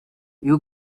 you